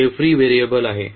तर हे free variable आहे